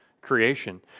creation